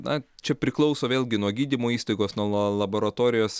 na čia priklauso vėlgi nuo gydymo įstaigos nuo la laboratorijos